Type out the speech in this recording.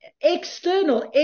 external